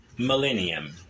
millennium